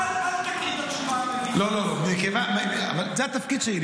אל תקריא את התשובה המביכה הזאת שקשקשת.